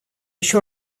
еще